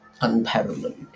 unparalleled